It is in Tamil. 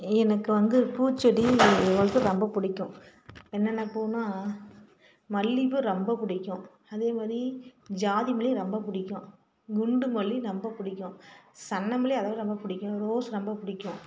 எனக்கு வந்து பூச்செடி வளக்க ரொம்பப் பிடிக்கும் என்னென்ன பூன்னா மல்லிப்பூ ரொம்பப் பிடிக்கும் அதே மாதிரி ஜாதிமுல்லை ரொம்பப் பிடிக்கும் குண்டுமல்லி ரொம்பப் பிடிக்கும் சன்னமுல்லை அதோட ரொம்பப் பிடிக்கும் ரோஸ் ரொம்பப் பிடிக்கும்